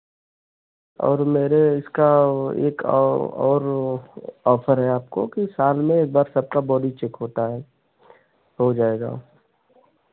और मेरे इसका वो एक और और ऑफ़र है आपको कि साल में एक बार सबका बॉडी चेक होता है हो जाएगा